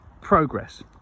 progress